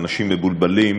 אנשים מבולבלים,